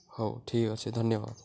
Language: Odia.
ହଉ ଠିକ୍ ଅଛେ ଧନ୍ୟବାଦ